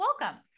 welcome